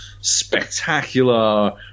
spectacular